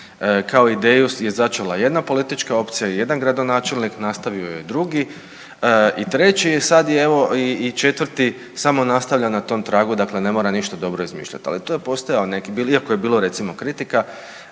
kao ideju je začela jedna politička opcija, jedan gradonačelnik nastavio je drugi i treći i sad je evo i četvrti samo nastavlja na tom tragu, dakle ne mora ništa dobro izmišljat. Ali to je postojao neki iako je bilo recimo kritika